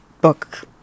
book